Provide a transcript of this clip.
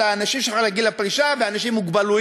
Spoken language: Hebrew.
של אנשים שהם אחרי גיל הפרישה ואנשים עם מוגבלויות,